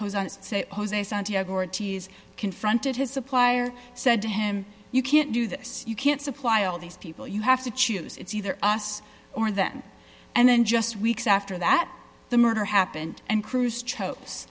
honest say jose santiago artie's confronted his supplier said to him you can't do this you can't supply all these people you have to choose it's either us or them and then just weeks after that the murder happened and cruz chose